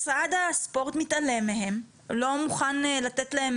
משרד הספורט מתעלם מהם ולא מוכן לתת להם